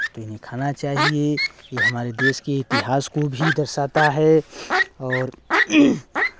तो हमें खाना चाहिए ये हमारी देश के इतिहास को भी दर्शाता है और